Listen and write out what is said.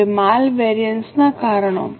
હવે માલ વેરિએન્સ ના કારણો